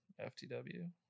FTW